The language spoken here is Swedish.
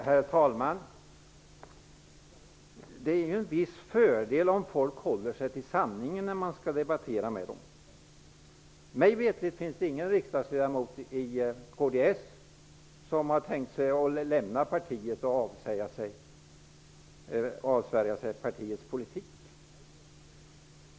Herr talman! Det är en viss fördel om folk håller sig till sanningen när man debatterar med dem. Mig veterligen har ingen riksdagsledamot i kds tänkt lämna partiet och avsvärja sig partiets politik.